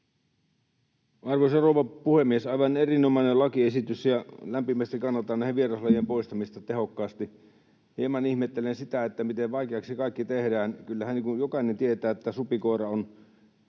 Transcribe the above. Arvoisa rouva puhemies! Aivan erinomainen lakiesitys, ja lämpimästi kannatan näiden vieraslajien poistamista tehokkaasti. Hieman ihmettelen sitä, miten vaikeaksi kaikki tehdään. Kyllähän jokainen tietää, että supikoira on